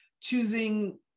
choosing